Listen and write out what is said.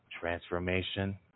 transformation